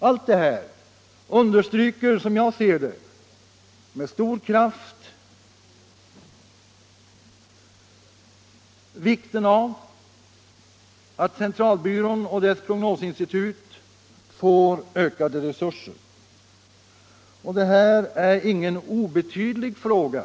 Allt det här understryker, som jag ser det, med stor kraft vikten av att centralbyrån och dess prognosinstitut får ökade resurser. Och detta är ingen obetydlig fråga.